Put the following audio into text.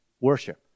worship